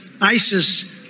ISIS